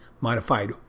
modified